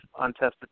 untested